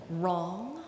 wrong